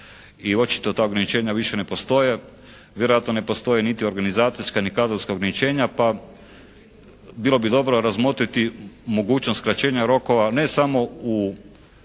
i očito ta ograničenja više ne postoje. Vjerojatno ne postoje niti organizacijska ni kadrovska ograničenja, pa bilo bi dobro razmotriti mogućnost skraćenja rokova ne samo u